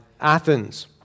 Athens